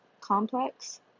complex